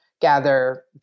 gather